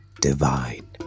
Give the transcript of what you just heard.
divine